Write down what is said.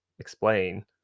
explain